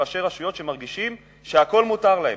שראשי רשויות מרגישים שהכול מותר להם,